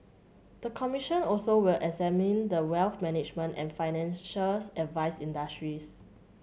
the commission also will examine the wealth management and financial advice industries